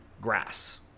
grass